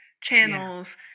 channels